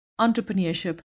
Entrepreneurship